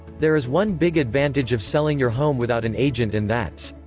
there is one big advantage of selling your home without an agent and that's.